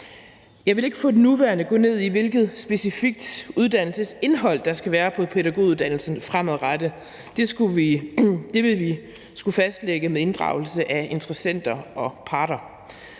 Jeg vil ikke for nuværende gå ned i, hvilket specifikt uddannelsesindhold der skal være på pædagoguddannelsen fremadrettet. Det vil vi skulle fastlægge med inddragelse af interessenter og parter.